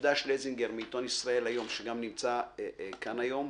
יהודה שלזינגר מעיתון 'ישראל היום' שנמצא כאן היום,